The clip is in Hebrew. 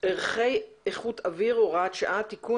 (ערכי איכות אוויר) (הוראת שעה) (תיקון),